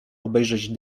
obejrzeć